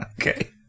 Okay